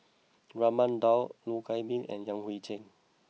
Raman Daud Loh Wai Kiew and Yan Hui Chang